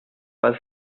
was